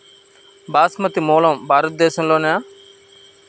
బాస్మతి మూలం భారతదేశంలోనా?